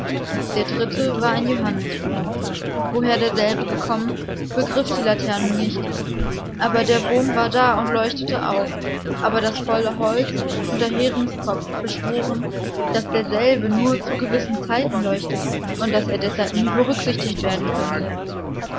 der dritte war ein johanniswurm woher derselbe gekommen begriff die laterne nicht aber der wurm war da und leuchtete auch aber das faule holz und der heringskopf beschworen daß derselbe nur zu gewissen zeiten leuchte und daß er deshalb nie berücksichtigt werden könne